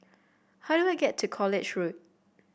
how do I get to College Road